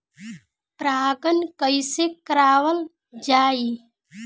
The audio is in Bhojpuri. परागण कइसे करावल जाई?